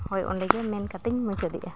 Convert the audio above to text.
ᱦᱳᱭ ᱚᱸᱰᱮᱜᱮ ᱢᱮᱱ ᱠᱟᱛᱮᱫᱤᱧ ᱢᱩᱪᱟᱹᱫᱮᱫᱼᱟ